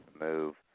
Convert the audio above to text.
move